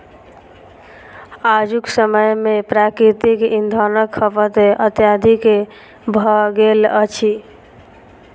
आजुक समय मे प्राकृतिक इंधनक खपत अत्यधिक भ गेल अछि